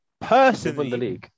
Personally